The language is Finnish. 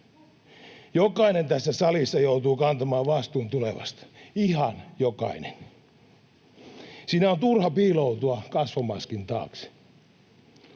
Jokainen tässä salissa joutuu kantamaan vastuun tulevasta — ihan jokainen. Siinä on turha piiloutua kasvomaskin taakse.